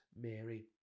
Mary